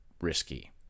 risky